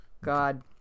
god